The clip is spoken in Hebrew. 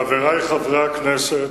חברי חברי הכנסת,